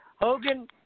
Hogan